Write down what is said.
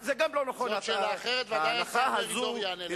זאת שאלה אחרת, השר מרידור ודאי יענה לך.